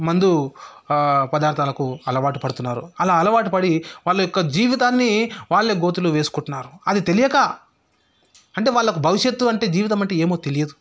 మందు ఆ పదార్థాలకు అలవాటు పడుతున్నారు అలా అలవాటుపడి వాళ్ళ యొక్క జీవితాన్ని వాళ్ళే గోతిలో వేసుకుంటున్నారు అది తెలియక అంటే వాళ్ళకు భవిష్యత్తు అంటే జీవితం అంటే ఏమో తెలియదు